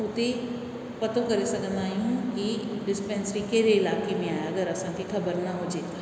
हुते पतो करे सघंदा आहियूं की डिस्पैंसरी केरे इलाइक़े में आहे अगरि असांखे ख़बर न हुजे त